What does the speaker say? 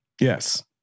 Yes